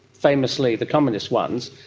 famously the communist ones,